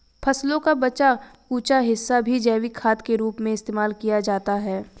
फसलों का बचा कूचा हिस्सा भी जैविक खाद के रूप में इस्तेमाल किया जाता है